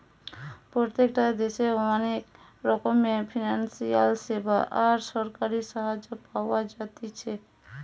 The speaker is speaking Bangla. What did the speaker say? প্রত্যেকটা দেশে অনেক রকমের ফিনান্সিয়াল সেবা আর সরকারি সাহায্য পাওয়া যাতিছে